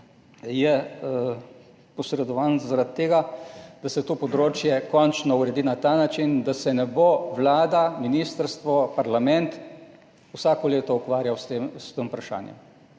je posredovan zaradi tega, da se to področje končno uredi na ta način, da se ne bodo vlada, ministrstvo, parlament vsako leto ukvarjali s tem vprašanjem.